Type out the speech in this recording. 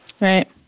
Right